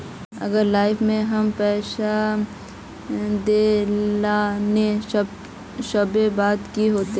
अगर लाइफ में हम पैसा दे ला ना सकबे तब की होते?